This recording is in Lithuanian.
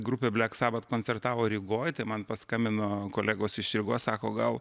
grupė bleks sabat koncertavo rygoj tai man paskambino kolegos iš rygos sako gal